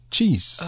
Cheese